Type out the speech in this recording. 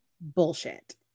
bullshit